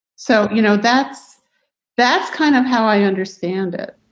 so, you know, that's that's kind of how i understand it